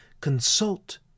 consult